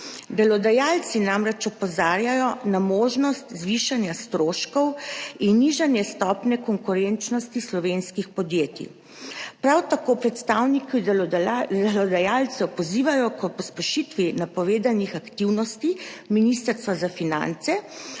delodajalci namreč opozarjajo na možnost zvišanja stroškov in nižanje stopnje konkurenčnosti slovenskih podjetij. Prav tako predstavniki delodajalcev pozivajo k pospešitvi napovedanih aktivnosti Ministrstva za finance,